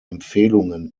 empfehlungen